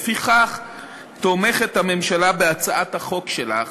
הממשלה תומכת בהצעת החוק שלך,